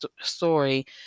story